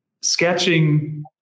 sketching